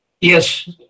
yes